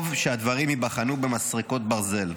טוב שהדברים ייבחנו במסרקות ברזל.